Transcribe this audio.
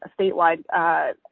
statewide